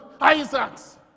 Isaac's